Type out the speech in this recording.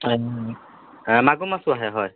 আ মাগুৰ মাছো আহে হয়